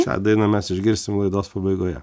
šią dainą mes išgirsim laidos pabaigoje